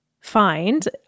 find